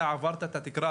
אתה עברת את התקרה,